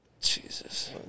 Jesus